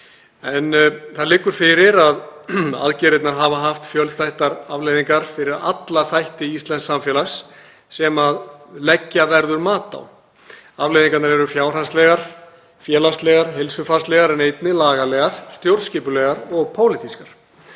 Það liggur fyrir að aðgerðirnar hafa haft fjölþættar afleiðingar fyrir alla þætti íslensks samfélags sem leggja verður mat á. Afleiðingarnar eru fjárhagslegar, félagslegar, heilsufarslegar en einnig lagalegar, stjórnskipulegar og pólitískar.